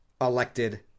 elected